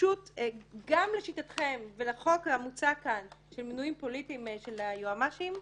גם לשיטתכם ולחוק המוצע כאן של מינויים פוליטיים של היועמ"שים,